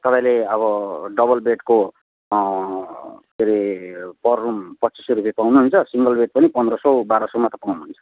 तपाईँले अब डबल बेडको के अरे पर रुम पच्चिस सौ रुपियाँ पाउनुहुन्छ सिङ्गल बेड पनि पन्ध्र सौ रुम बाह्र सौमा त पाउनुहुन्छ